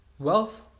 Wealth